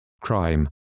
crime